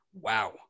wow